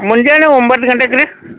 ಮುಂಜಾನೆ ಒಂಬತ್ತು ಗಂಟೆಗೆ ರೀ